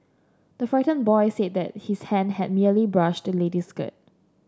the frightened boy said that his hand had merely brushed the lady's skirt